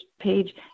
page